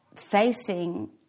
facing